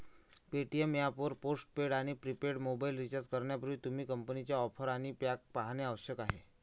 Paytm app वर postpaid आणि prepaid mobile recharge करण्यापूर्वी, तुम्ही कंपनीच्या ऑफर आणि पॅक पाहणे आवश्यक आहे